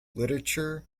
literature